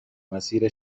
مسیر